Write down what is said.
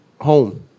home